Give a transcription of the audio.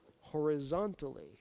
horizontally